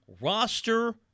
roster